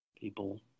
people